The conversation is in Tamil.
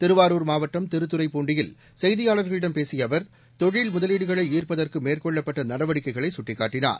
திருவாரூர் மாவட்டம் திருத்துறைப்பூண்டியில் செய்தியாளர்களிடம் பேசிய அவர் தொழில் முதலீடுகளை ஈ்ப்பதற்கு மேற்கொள்ளப்பட்ட நடவடிக்கைகளை சுட்டிக்காட்டினார்